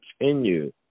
continue